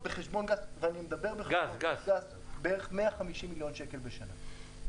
בחשבון גס העלויות הן בערך 150 מיליון שקל בשנה.